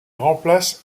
remplace